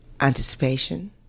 anticipation